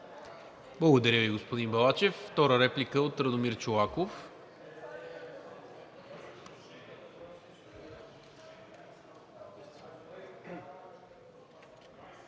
Благодаря Ви, господин Балачев. Втора реплика от Радомир Чолаков.